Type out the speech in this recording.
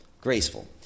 graceful